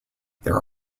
there